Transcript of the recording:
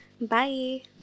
Bye